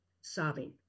sobbing